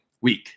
week